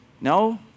No